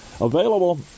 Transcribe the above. available